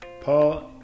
Paul